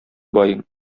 бай